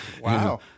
Wow